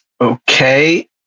Okay